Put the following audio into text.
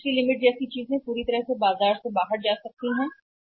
इसलिए यदि ऐसा होता है तो सीसी सीमा के प्रकार पूरी तरह से बाहर जा सकते हैं बाजार का